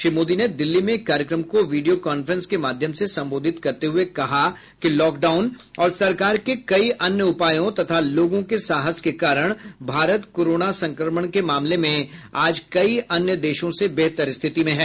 श्री मोदी ने दिल्ली में एक कार्यक्रम को वीडियो कॉन्फ्रेंस के माध्यम से संबोधित करते हुये कहा कि लॉकडाउन और सरकार के कई अन्य उपायों तथा लोगों के साहस के कारण भारत कोरोना संक्रमण के मामले में आज कई अन्य देशों से बेहतर स्थिति में है